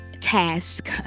task